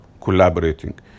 collaborating